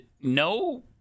no